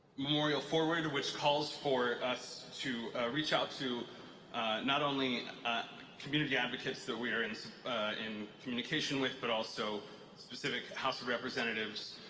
memorial forward, which calls for us to reach out to not only community advocates that we're and in communication with, but also specific house of representatives